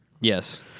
Yes